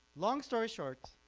long story short,